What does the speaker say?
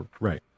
Right